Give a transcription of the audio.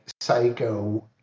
Psycho